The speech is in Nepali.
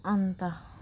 अन्त